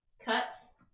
Cuts